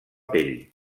pell